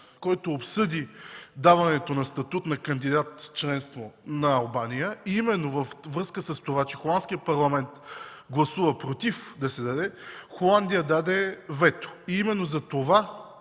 който обсъди даването на статут на кандидат-членство на Албания и именно във връзка с това, че Холандският парламент гласува против, Холандия даде вето. Затова